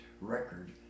record